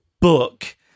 book